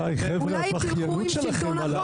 די, חבר'ה, הבכיינות שלכם.